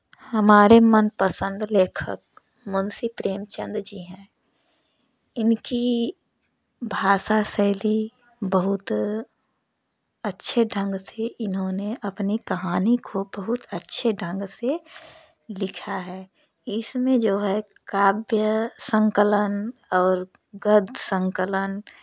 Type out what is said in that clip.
हमारे मनपसंद लेखक मुंशी प्रेमचंद जी हैं इनकी भाषा शैली बहुत अच्छे ढंग से इन्होंने अपनी कहानी को बहुत अच्छे ढंग से लिखा है इसमें जो है काव्य संकलन और गद्य संकलन